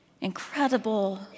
Incredible